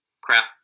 crap